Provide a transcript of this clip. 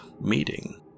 meeting